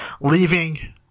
leaving